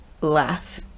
laugh